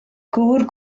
gŵr